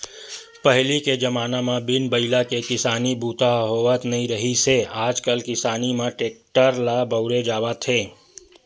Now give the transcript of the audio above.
पहिली के जमाना म बिन बइला के किसानी बूता ह होवत नइ रिहिस हे आजकाल किसानी म टेक्टर ल बउरे जावत हे